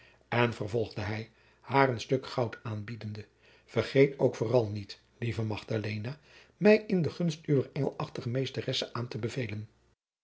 en vervolgde hij haar een stuk goud aanbiedende vergeet ook vooral niet lieve magdalena mij in de gunst uwer engelachtige meesteresse aan te bevelen